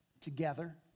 together